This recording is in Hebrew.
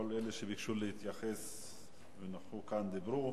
כל אלה שביקשו להתייחס ונכחו כאן דיברו.